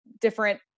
different